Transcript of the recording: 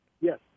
Yes